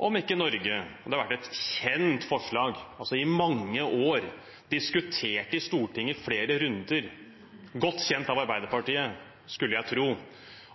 har vært et kjent forslag i mange år, diskutert i Stortinget i flere runder, godt kjent for Arbeiderpartiet, skulle jeg tro,